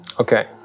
Okay